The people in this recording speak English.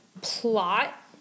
plot